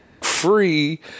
free